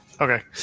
Okay